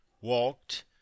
walked